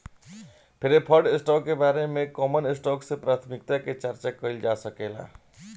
preferred stock के बारे में कॉमन स्टॉक से प्राथमिकता के चार्चा कईल जा सकेला